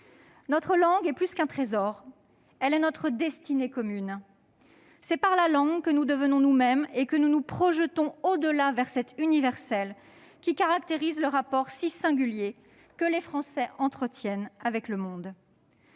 Notre langue est davantage qu'un trésor : elle est notre destinée commune. C'est par la langue que nous devenons nous-mêmes et que nous nous projetons au-delà, vers cet universel qui caractérise le rapport si singulier que les Français entretiennent avec le monde.